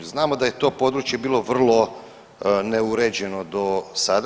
Znamo da je to područje bilo vrlo neuređeno do sada.